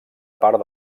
part